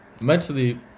Mentally